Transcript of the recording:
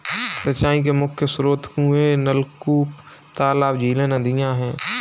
सिंचाई के मुख्य स्रोत कुएँ, नलकूप, तालाब, झीलें, नदियाँ हैं